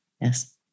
Yes